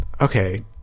okay